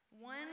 One